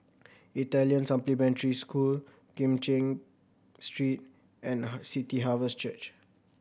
Italian Supplementary School Kim Cheng Street and City Harvest Church